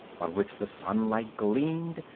on which the sunlight gleamed,